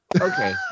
Okay